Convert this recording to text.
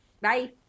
Bye